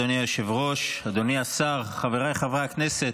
אדוני היושב-ראש, אדוני השר, חבריי חברי הכנסת,